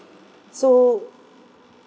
so